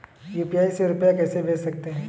UPI से रुपया कैसे भेज सकते हैं?